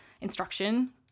instruction